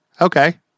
Okay